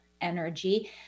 energy